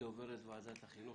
דוברת ועדת החינוך,